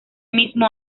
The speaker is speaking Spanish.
mismo